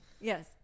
Yes